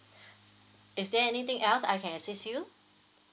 is there anything else I can assist you